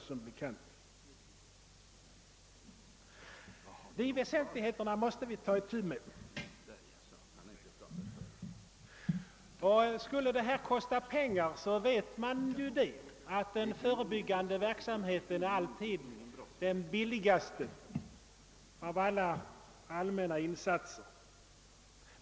Dessa väsentligheter måste vi gripa oss an, och skulle det kosta pengar vet vi, att den förebyggande verksamheten alltid är den billigaste av alla allmänna insatser.